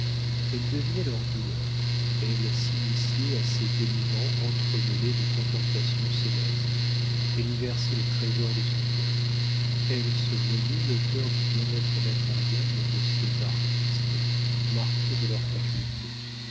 elle devinait leurs douleurs elle s'initiait à ces dénûments entremêlés de contemplations célestes elle y versait les trésors de son cœur elle se voyait l'auteur du bien-être matériel de ces artistes martyres de leurs facultés